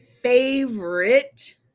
favorite